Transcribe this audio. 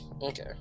Okay